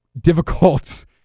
difficult